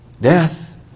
Death